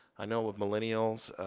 i know with millennials,